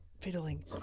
fiddling